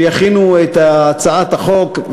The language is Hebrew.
שיכינו את הצעת החוק.